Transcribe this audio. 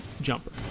Jumper